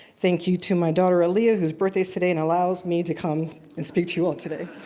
thank you to my daughter aliyah, whose birthday's today, and allows me to come and speak to you all today.